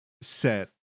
set